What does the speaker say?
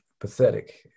pathetic